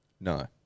No